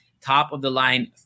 top-of-the-line